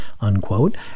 unquote